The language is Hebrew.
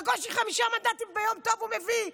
בקושי חמישה מנדטים ביום טוב הוא מביא.